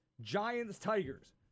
Giants-Tigers